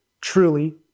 truly